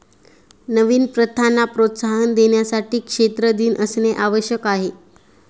नवीन प्रथांना प्रोत्साहन देण्यासाठी क्षेत्र दिन असणे आवश्यक आहे